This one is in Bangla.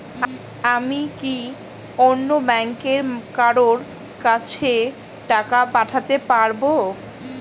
আমি কি অন্য ব্যাংকের কারো কাছে টাকা পাঠাতে পারেব?